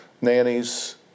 nannies